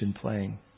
playing